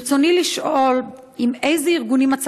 ברצוני לשאול: עם אילו ארגונים עובד